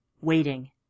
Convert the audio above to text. waiting